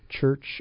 church